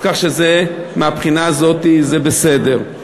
כך שמהבחינה הזאת זה בסדר.